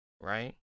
right